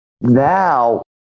Now